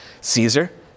caesar